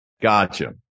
Gotcha